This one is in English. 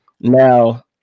Now